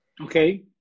Okay